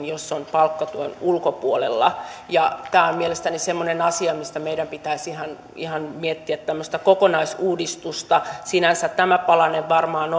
jos on palkkatuen ulkopuolella tämä on mielestäni semmoinen asia missä meidän pitäisi miettiä kokonaisuudistusta sinänsä tämä palanen varmaan